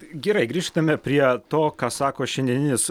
gerai grįžtame prie to ką sako šiandieninis